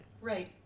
Right